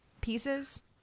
Pieces